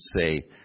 say